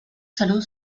salud